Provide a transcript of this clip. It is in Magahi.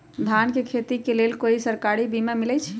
धान के खेती के लेल कोइ सरकारी बीमा मलैछई?